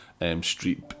Streep